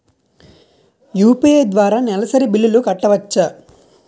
UPI ద్వారా నెలసరి బిల్లులు కట్టవచ్చా?